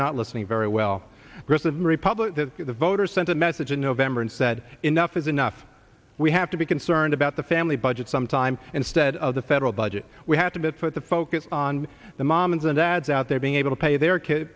not listening very well grissom republic that the voters sent a message in november and said enough is enough we have to be concerned about the family budget some time instead of the federal budget we have to put the focus on the moms and dads out there being able to pay their kid